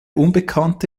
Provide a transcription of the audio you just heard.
unbekannte